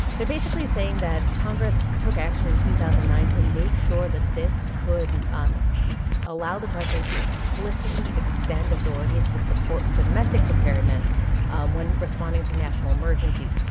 they're basically saying that congress took action in two thousand and nine to make sure that this could um allow the president to explicitly extend authorities to support domestic preparedness um when responding to national emergencies.